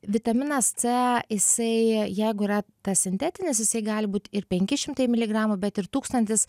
vitaminas c jisai jeigu yra tas sintetinis jisai gali būt ir penki šimtai miligramų bet ir tūkstantis